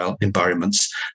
environments